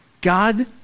God